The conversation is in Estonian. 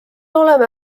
oleme